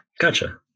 Gotcha